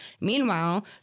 Meanwhile